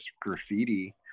graffiti